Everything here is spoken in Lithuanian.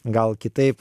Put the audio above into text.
gal kitaip